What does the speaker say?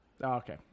Okay